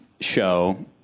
show